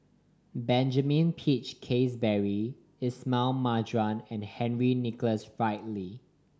Benjamin Peach Keasberry Ismail Marjan and Henry Nicholas Ridley